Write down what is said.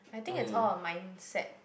I think is all on mindset